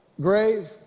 grave